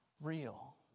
real